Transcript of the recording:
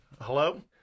Hello